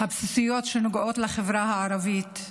הבסיסיות שנוגעות לחברה הערבית.